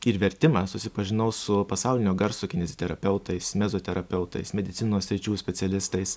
ir vertimą susipažinau su pasaulinio garso kineziterapeutais mezoterapeutais medicinos sričių specialistais